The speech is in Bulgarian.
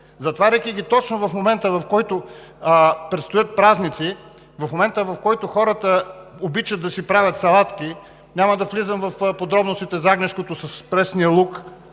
затваряйки ги точно в момента, в който предстоят празници, в момента, в който хората обичат да си правят салатки. Няма да влизам в подробности за агнешкото с пресния лук